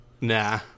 Nah